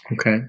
Okay